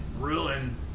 ruin